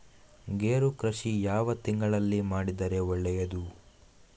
ಗೇರು ಕೃಷಿ ಯಾವ ತಿಂಗಳಲ್ಲಿ ಮಾಡಿದರೆ ಒಳ್ಳೆಯದು?